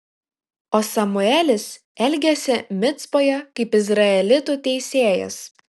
o samuelis elgėsi micpoje kaip izraelitų teisėjas